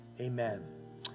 Amen